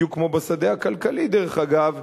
בדיוק כמו בשדה הכלכלי דרך אגב,